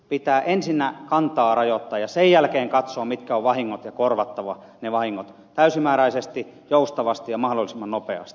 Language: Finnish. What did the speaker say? pitää ensin kantaa rajoittaa ja sen jälkeen katsoa mitkä ovat vahingot ja korvata ne vahingot täysimääräisesti joustavasti ja mahdollisimman nopeasti